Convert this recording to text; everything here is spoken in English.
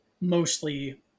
mostly